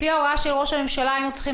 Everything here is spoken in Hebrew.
לפי ההוראה של ראש הממשלה היינו צריכים